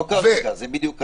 לא כרגע, זה בדיוק העניין.